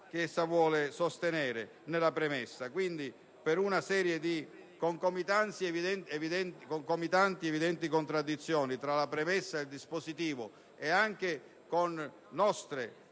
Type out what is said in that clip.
stessa vuole sostenere nella premessa. Quindi, per una serie di concomitanti ed evidenti contraddizioni fra la premessa e il dispositivo della mozione,